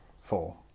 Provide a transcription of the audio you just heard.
Four